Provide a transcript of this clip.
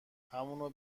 همونو